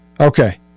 Okay